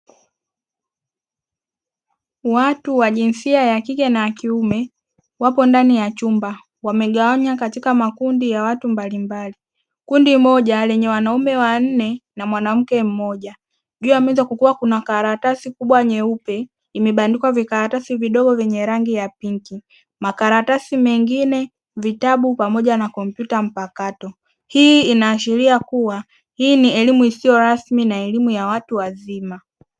Watu wa jinsia ya kike na wa kiume wapo ndani ya chumba wamegawanya katika makundi ya watu mbalimbali, kundi moja lenye wanaume wanne na mwanamke mmoja juu ameweza kukua kuna karatasi kubwa nyeupe imebandikwa vikaratasi vidogo vyenye rangi ya pinki makaratasi mengine vitabu pamoja na kompyuta mpakato hii inaashiria kuwa hii ni elimu isiyo rasmi na elimu ya watu wazima.